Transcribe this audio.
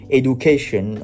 education